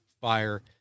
fire